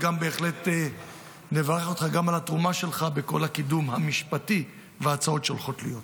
בהחלט נברך אותך גם על התרומה שלך לקידום המשפטי וההצעות שהולכות להיות.